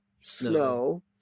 snow